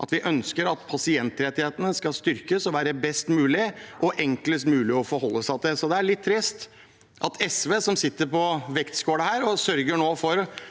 at vi ønsker at pasientrettighetene skal styrkes og være best mulig og enklest mulig å forholde seg til. Det er litt trist at SV, som sitter på vektskålen her, nå sørger for